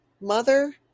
Mother